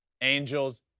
Angels